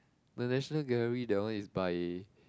the National Gallery that one is by